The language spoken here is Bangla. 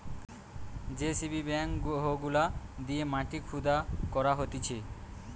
যেসিবি ব্যাক হো গুলা দিয়ে মাটি খুদা করা হতিছে